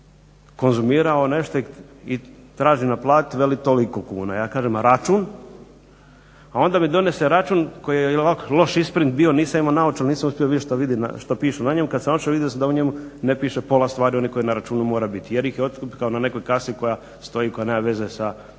konzumirao nešto i tražim naplatiti veli toliko kuna. A ja kažem račun? A onda mi donese račun koji je ovako loš isprint bio, nisam imao naočale, nisam uspio vidjeti što piše na njemu. Kada sam otišao, vidio sam da u njemu ne piše pola stvari onih kojih na računu mora biti jer ih je otipkao na nekoj kasi koja stoji, koja nema veze sa